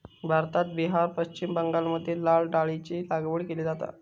भारतात बिहार, पश्चिम बंगालमध्ये लाल डाळीची लागवड केली जाता